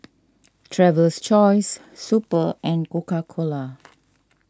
Traveler's Choice Super and Coca Cola